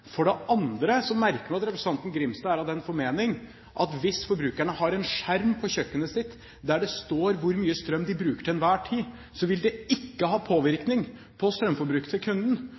For det andre merker jeg meg at representanten Grimstad er av den formening at hvis forbrukerne har en skjerm på kjøkkenet der det står hvor mye strøm man bruker til enhver tid, vil det ikke ha påvirkning på strømforbruket til kunden.